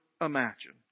imagine